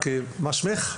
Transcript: רק מה שמך?